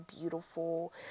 beautiful